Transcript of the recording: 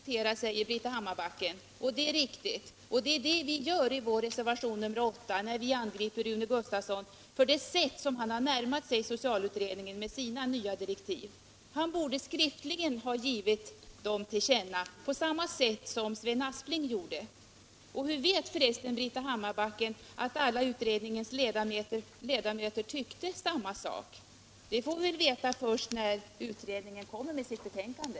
Herr talman! Det är procedurfrågan vi skall diskutera, säger Britta Hammarbacken. Det är riktigt, och det är det vi gör i vår reservation nr 8 när vi angriper Rune Gustavsson för det sätt som han närmat sig so cialutredningen med sina nya direktiv. Han borde skriftligen ha givit dem till känna på samma sätt som Sven Aspling gjorde. Och hur vet Britta Hammarbacken att utredningens alla ledamöter tyckte samma sak? Det får vi väl veta först när utredningen kommer med sitt betänkande.